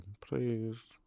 please